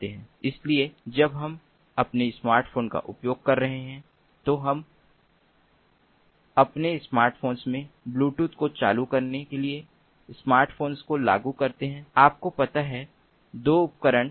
इसलिए जब हम अपने स्मार्टफ़ोन्स का उपयोग कर रहे हैं तो हम अपने स्मार्टफ़ोन्स में ब्लूटूथ को चालू करने के लिए स्मार्टफ़ोन को चालू करते हैं आप को पता है 2 उपकरण